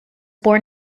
born